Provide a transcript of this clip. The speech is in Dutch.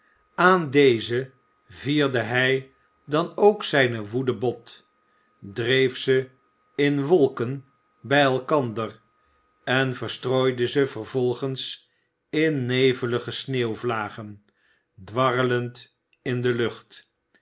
aan deze vierde hij dan ook zijne woede bot dreef ze in wolken bij elkander en verstrooide ze vervolgens in nevelige sneeuwvlagen dwar end in de lucht